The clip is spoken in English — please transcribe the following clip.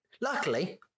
luckily